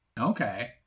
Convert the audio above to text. okay